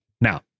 Now